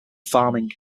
farming